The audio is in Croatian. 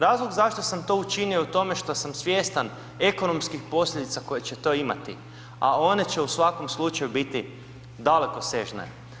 Razlog zašto sam to učinio je u tome što sam svjestan ekonomskih posljedica koje će to imati, a one će u svakom slučaju biti dalekosežne.